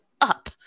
up